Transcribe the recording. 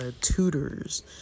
tutors